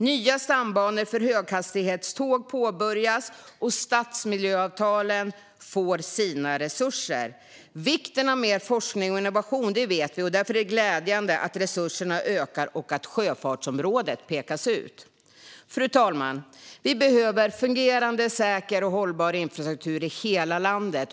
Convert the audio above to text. Nya stambanor för höghastighetståg påbörjas, och stadsmiljöavtalen får sina resurser. Vikten av mer forskning och innovation vet vi, och därför är det glädjande att resurserna ökar och att sjöfartsområdet pekas ut. Fru talman! Vi behöver fungerande, säker och hållbar infrastruktur i hela landet.